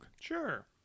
Sure